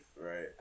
Right